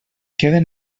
queden